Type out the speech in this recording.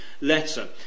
letter